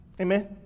Amen